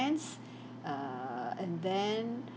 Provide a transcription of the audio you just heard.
err and then